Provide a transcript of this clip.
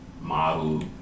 Model